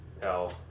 tell